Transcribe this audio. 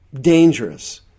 dangerous